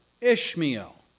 Ishmael